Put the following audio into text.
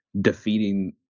defeating